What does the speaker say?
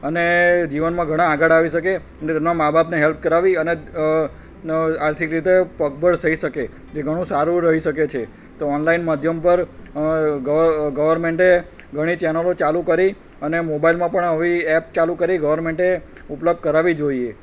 અને જીવનમાં ઘણાં આગળ આવી શકે તેમના મા બાપને હેલ્પ કરાવી અને આર્થિક રીતે પગભર થઈ શકે જે ઘણું સારું રહી શકે છે તો ઓનલાઇન માધ્યમ પર ગવરમેન્ટે ઘણી ચેનલો ચાલું કરી અને મોબાઈલમાં પણ આવી એપ ચાલુ કરી ગવર્નમેન્ટે ઉપલબ્ધ કરાવવી જોઈએ